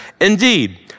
Indeed